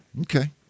Okay